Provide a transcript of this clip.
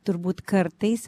turbūt kartais